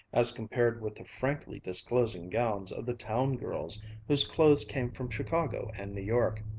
as compared with the frankly disclosing gowns of the town girls whose clothes came from chicago and new york.